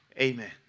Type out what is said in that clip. amen